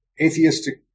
atheistic